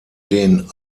den